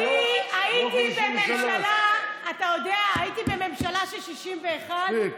לא 53. אני הייתי בממשלה של 61,